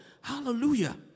Hallelujah